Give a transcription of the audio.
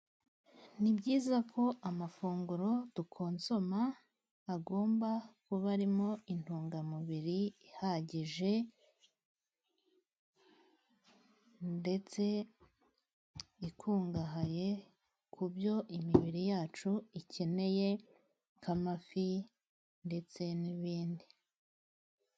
Ni byiza ko amafunguro dukonsoma agomba kuba arimo intungamubiri zhagije, ndetse zikungahaye ku byo imibiri yacu ikeneye, nk'amafi ndetse n'ibindi.